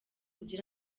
ugire